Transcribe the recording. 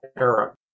era